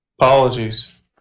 Apologies